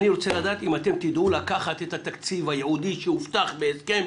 אם אתם תדעו לקחת את התקציב הייעודי שהובטח בהסכם